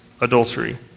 adultery